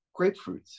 grapefruits